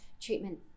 treatment